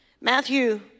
Matthew